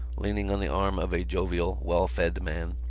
leaning on the arm of a jovial well-fed man,